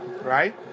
right